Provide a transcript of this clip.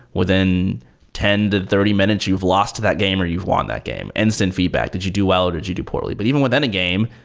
within ten the thirty minutes, you've lost that game or you've won that game. instant feedback. did you do well or did you do poorly? but even within a game,